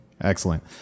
Excellent